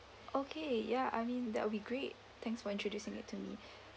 okay ya I mean that would be great thanks for introducing it to me